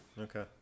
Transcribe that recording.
Okay